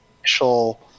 initial